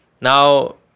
Now